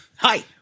Hi